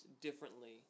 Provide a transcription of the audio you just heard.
differently